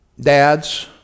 dads